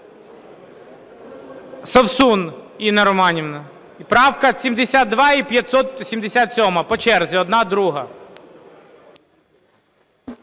Совсун Інна Романівна. Правка 72 і 577-а. По черзі: одна, друга.